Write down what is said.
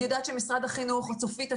אני יודעת שמשרד החינוך וצופית,